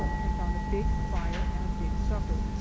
and found a big fire and a big supper.